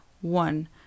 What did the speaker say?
one